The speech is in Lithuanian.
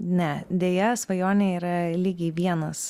ne deja svajonėj yra lygiai vienas